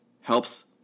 helps